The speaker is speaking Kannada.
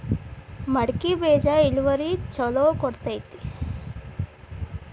ಮಡಕಿ ಬೇಜ ಇಳುವರಿ ಛಲೋ ಕೊಡ್ತೆತಿ?